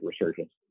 resurgence